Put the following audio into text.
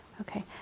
Okay